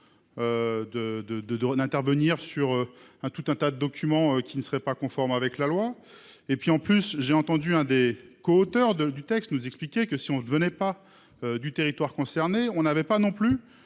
d'intervenir sur un tout un tas de documents qui ne serait pas conforme avec la loi et puis en plus j'ai entendu un des coauteurs de du texte nous expliquait que si on ne venait pas du territoire concerné. On n'avait pas non plus